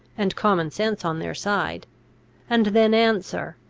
and common sense on their side and then answer,